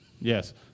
Yes